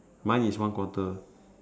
mine is one quarter